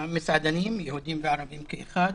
המסעדנים, היהודים והערבים קורסים כאחד.